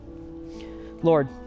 Lord